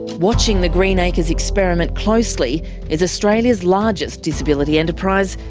watching the greenacres experiment closely is australia's largest disability enterprise,